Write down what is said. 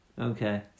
Okay